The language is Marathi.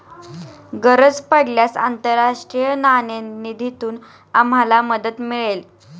गरज पडल्यास आंतरराष्ट्रीय नाणेनिधीतून आम्हाला मदत मिळेल